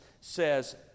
says